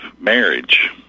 marriage